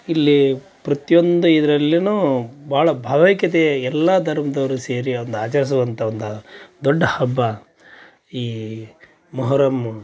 ಇಲ್ಲಿ ಪ್ರತಿಯೊಂದು ಇದ್ರಲ್ಲೂನೂ ಭಾಳ ಭಾವೈಕ್ಯತೆ ಎಲ್ಲ ಧರ್ಮ್ದವರು ಸೇರಿ ಒಂದು ಆಚರಿಸುವಂಥ ಒಂದು ದೊಡ್ಡ ಹಬ್ಬ ಈ ಮೊಹರಮ್ಮು